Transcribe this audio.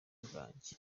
bwanjye